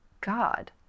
God